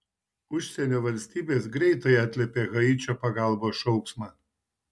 užsienio valstybės greitai atliepė haičio pagalbos šauksmą